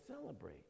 celebrate